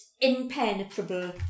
impenetrable